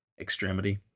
extremity